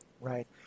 Right